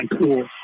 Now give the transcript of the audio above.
cool